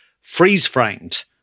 freeze-framed